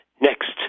next